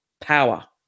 power